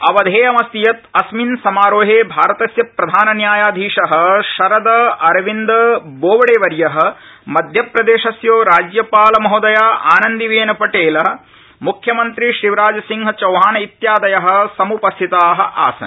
अवधेयमस्ति यत् अस्मिन् समारोहे भारतस्य प्रधानन्यायाधीश शरद अरविंद बोबडेवर्य मध्यप्रदेशस्य राज्यपाल महोदया आनन्दीबेन पटेल मुख्यमन्त्री शिवराज सिंह चौहान इत्यादय समुपस्थिता आसन्